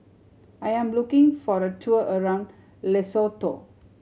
I am looking for a tour around Lesotho